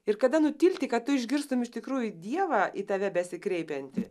ir kada nutilti kad tu išgirstum iš tikrųjų dievą į tave besikreipiantį